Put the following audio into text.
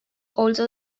also